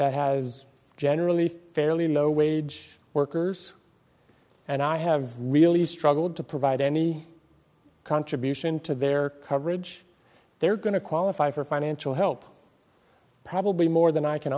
that has generally fairly low wage workers and i have really struggled to provide any contribution to their coverage they're going to qualify for financial help probably more than i can